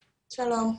שלום.